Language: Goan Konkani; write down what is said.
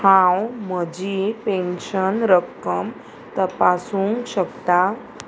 हांव म्हजी पेन्शन रक्कम तपासूंक शकता